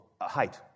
height